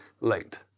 linked